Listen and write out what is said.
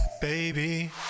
baby